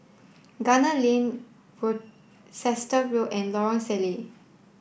Gunner Lane Worcester Road and Lorong Salleh